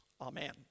amen